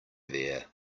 there